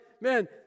man